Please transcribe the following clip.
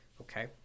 okay